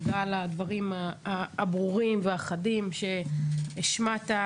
תודה על הדברים הברורים והחדים שהשמעת.